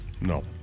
No